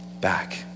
back